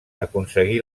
aconseguí